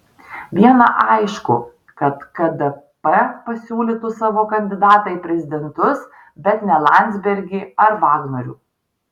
viena aišku kad kdp pasiūlytų savo kandidatą į prezidentus bet ne landsbergį ar vagnorių